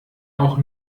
auch